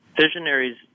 Visionaries